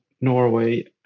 Norway